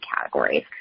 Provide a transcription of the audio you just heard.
categories